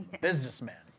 Businessman